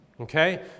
Okay